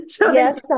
Yes